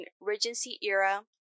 Regency-era